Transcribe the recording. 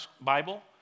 Bible